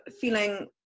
feeling